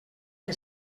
que